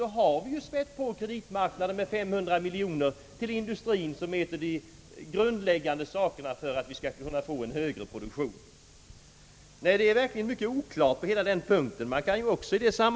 Då har vi »spätt på» kreditmarknaden med 500 miljoner kronor till industrier, vilket skulle vara en avgörande faktor för att få till stånd en högre produktion. Hela denna punkt är verkligen mycket oklar.